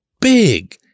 big